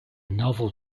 novel